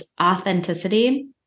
authenticity